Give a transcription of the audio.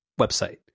website